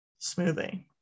smoothie